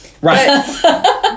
right